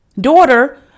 daughter